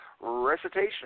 recitation